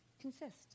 consist